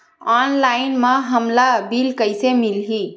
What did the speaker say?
Online म हमला bill कइसे मिलही?